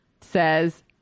says